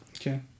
Okay